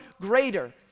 greater